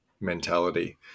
mentality